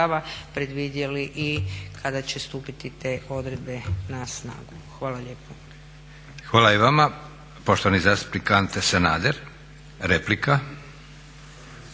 Hvala i vama. Poštovani zastupnik Ante Sanader, replika.